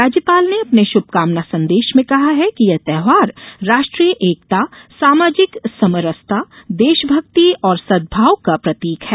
राज्यपाल ने अपने शुभकामना संदेश में कहा है कि यह त्यौहार राष्ट्रीय एकता सामाजिक समरसता देशभक्ति और सद्भाव का प्रतीक है